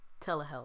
telehealth